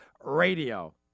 Radio